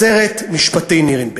בסרט "משפטי נירנברג".